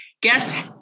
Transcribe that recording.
Guess